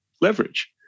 leverage